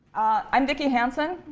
i'm vicki hansen.